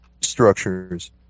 structures